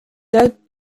datent